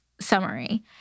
summary